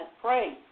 pray